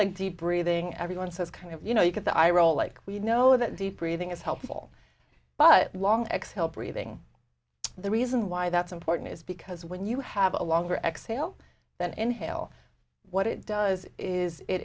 like deep breathing everyone says kind of you know you could the eye roll like we know that deep breathing is helpful but long x help breathing the reason why that's important is because when you have a longer exhale then in hale what it does is it